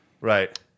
Right